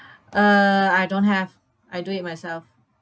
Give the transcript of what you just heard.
uh I don't have I do it myself